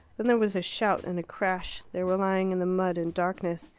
then there was a shout and a crash. they were lying in the mud in darkness.